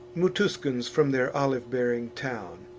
mutuscans from their olive-bearing town,